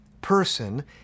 person